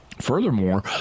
Furthermore